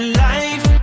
life